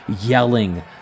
yelling